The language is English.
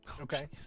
Okay